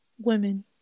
women